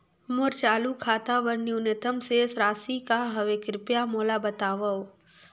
मोर चालू खाता बर न्यूनतम शेष राशि का हवे, कृपया मोला बतावव